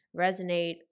resonate